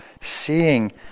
seeing